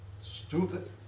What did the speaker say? Stupid